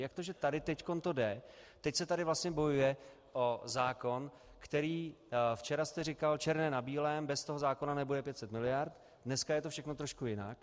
Jak to, že tady teď to jde, teď se tady vlastně bojuje o zákon, který včera jste říkal černé na bílém, bez toho zákona nebude 500 miliard, dneska je to všechno trošku jinak.